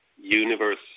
universe